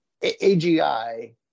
AGI